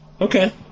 okay